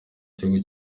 gihugu